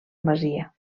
masia